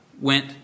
went